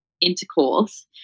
intercourse